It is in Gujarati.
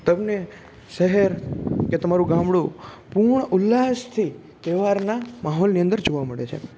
તમને શહેર કે તમારું ગામડું પૂર્ણ ઉલ્લાસથી તહેવારના મહોલની અંદર જોવા મળે છે